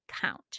count